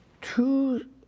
two